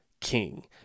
king